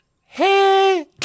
Hey